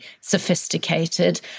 sophisticated